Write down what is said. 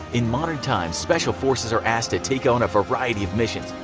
in modern times special forces are asked to take on a variety of missions,